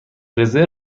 رزرو